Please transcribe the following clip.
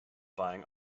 buying